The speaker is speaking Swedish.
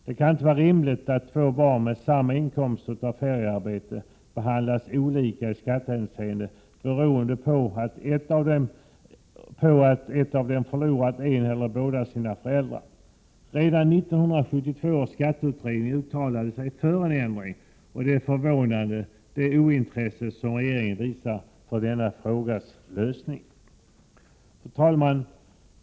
Det kan inte vara rimligt att två barn med samma inkomst av feriearbete skall behandlas olika i skattehänseende beroende på att ett av dem förlorat en eller båda sina föräldrar. Redan 1972 års skatteutredning uttalade sig för en ändring, och det ointresse som regeringen visar för denna frågas lösning är förvånande. Fru talman!